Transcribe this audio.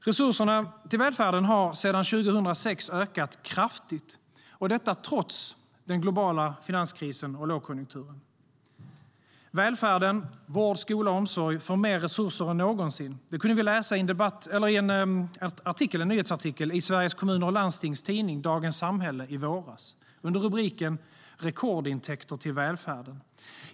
Resurserna till välfärden har sedan 2006 ökat kraftigt, trots den globala finanskrisen och lågkonjunkturen. Välfärden - vård, skola, omsorg - får mer resurser än någonsin. Detta kunde vi läsa i en nyhetsartikel i Sveriges Kommuner och Landstings tidning Dagens Samhälle i våras under rubriken Rekordintäkter till välfärden.